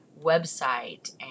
website